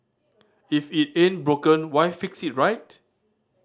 if it ain't broken why fix it right